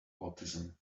autism